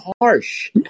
harsh